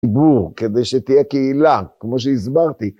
כדי שתהיה קהילה, כמו שהסברתי.